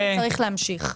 וצריך להמשיך.